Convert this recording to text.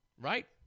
Right